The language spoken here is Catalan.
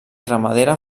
ramadera